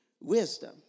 wisdom